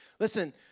Listen